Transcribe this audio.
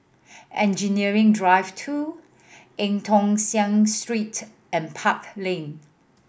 Engineering Drive Two Eu Tong Sen Street and Park Lane